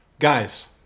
guys